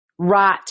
Right